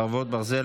חרבות ברזל),